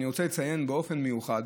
אני רוצה לציין באופן מיוחד